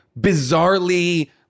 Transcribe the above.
bizarrely